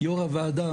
יו"ר הוועדה,